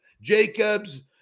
Jacobs